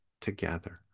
together